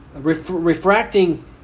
refracting